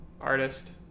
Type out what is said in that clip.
artist